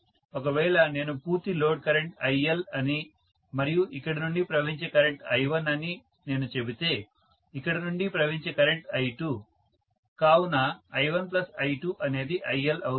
ఒకవేళ నేను పూర్తి లోడ్ కరెంట్ IL అని మరియు ఇక్కడ నుండి ప్రవహించే కరెంట్ I1 అని నేను చెబితే ఇక్కడ నుండి ప్రవహించే కరెంట్ I2 కావున I1I2 అనేది IL అవుతుంది